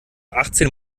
achtzehn